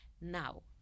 Now